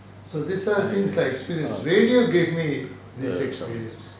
ah